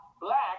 black